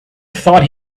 thought